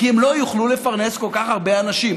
כי הם לא יוכלו לפרנס כל כך הרבה אנשים.